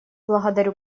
благодарю